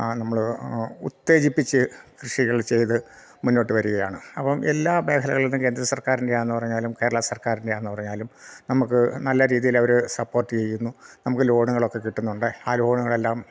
നമ്മൾ ഉത്തേജിപ്പിച്ചു കൃഷികൾ ചെയ്തു മുന്നോട്ട് വരികയാണ് അപ്പം എല്ലാ രേഖകളൊന്നും കേന്ദ്ര സർക്കാരിൻ്റെയാണെന്ന് പറഞ്ഞാലും കേരള സർക്കാരിൻ്റെയാണെന്ന് പറഞ്ഞാലും നമുക്ക് നല്ല രീതിയിൽ അവര് സപ്പോർട്ട് ചെയ്യുന്നു നമുക്ക് ലോണുകളൊക്കെ കിട്ടുന്നുണ്ട് ആ ലോണുകളെല്ലാം